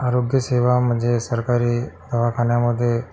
आरोग्य सेवा म्हणजे सरकारी दवाखान्यामध्ये